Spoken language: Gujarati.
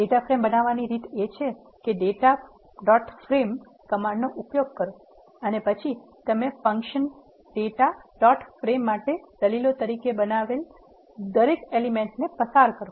ડેટા ફ્રેમ બનાવવાની રીત એ છે કે ડેટા ડોટ ફ્રેમ કમાન્ડનો ઉપયોગ કરો અને પછી તમે ફંક્શન ડેટા ડોટ ફ્રેમ માટે દલીલો તરીકે બનાવેલ દરેક એલિમેન્ટ ને પસાર કરો